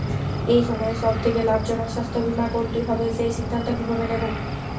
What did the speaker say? এই সময়ের সব থেকে লাভজনক স্বাস্থ্য বীমা কোনটি হবে সেই সিদ্ধান্ত কীভাবে নেব?